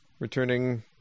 returning